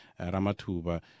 Ramatuba